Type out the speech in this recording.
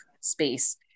space